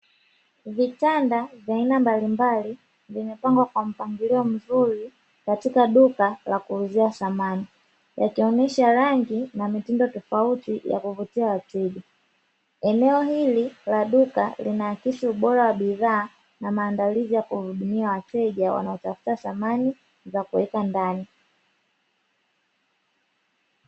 Vitanda vya aina mbalimbali vimepangwa kwa mpangilio mzuri, katika duka la kuuzia samani, yakionesha rangi na mitindo tofauti ya kuvutia wateja, eneo hili la duka inaakisi ubora wa bidhaa na maandalizi ya kuwahudumia wateja wanaotafuta samani za kuweka ndani.